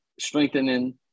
Strengthening